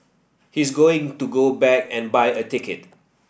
he's going to go back and buy a ticket